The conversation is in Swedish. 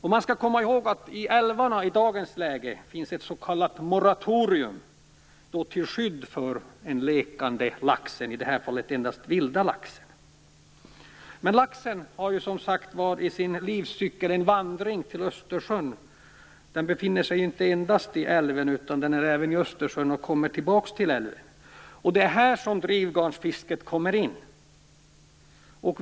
När det gäller älvarna skall man komma ihåg att det i dag finns ett s.k. moratorium till skydd för den lekande laxen - i det här fallet endast den vilda laxen. Men laxens livscykel innehåller ju även en vandring till Östersjön. Den befinner sig inte endast i älven, utan den är även i Östersjön innan den kommer tillbaka till älven. Det är här drivgarnsfisket kommer in.